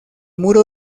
muro